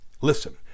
Listen